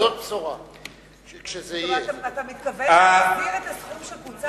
אתה מתכוון להחזיר את הסכום שקוצץ?